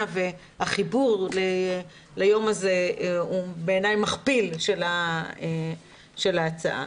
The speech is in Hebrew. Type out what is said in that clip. והחיבור ליום הזה בעיני הוא מכפיל של ההצעה.